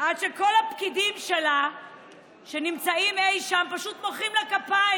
עד שכל הפקידים שלה שנמצאים אי שם פשוט מוחאים לה כפיים,